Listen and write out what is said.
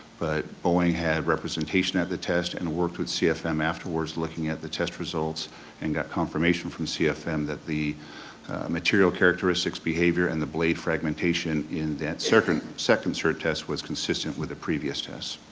but boeing had representation at the test and worked with cfm afterwards looking at the test results and got confirmation from cfm that the material characteristics, behavior, and the blade fragmentation in that second second cert test was consistent with the previous test.